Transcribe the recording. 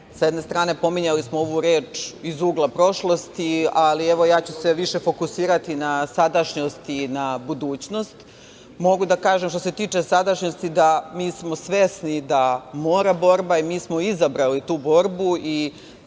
Sa jedne strane pominjali smo ovu reč iz ugla prošlosti. Ali evo, ja ću se više fokusirati sadašnjost i na budućnost. Mogu da kažem što se tiče sadašnjosti da smo mi svesni da mora borba i mi smo izabrali tu borbu i